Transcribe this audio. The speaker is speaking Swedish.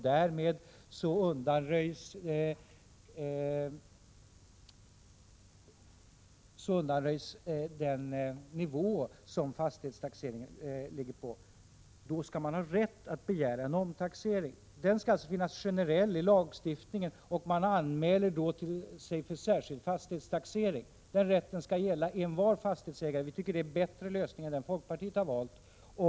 Därmed har ju den grund som fastighetstaxeringen vilar på fallit bort. Denna rätt skall finnas generellt i lagstiftningen. Man skall kunna anmäla sig till särskild fastighetstaxering. Den rätten skall gälla alla fastighetsägare, och vi tycker det är en bättre lösning än den som folkpartiet har valt.